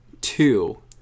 Two